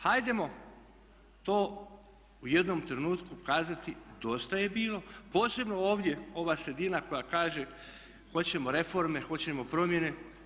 Hajdemo to u jednom trenutku kazati dosta je bilo, posebno ovdje ova sredina koja kaže hoćemo reforme, hoćemo promjene.